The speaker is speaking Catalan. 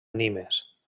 nimes